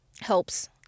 helps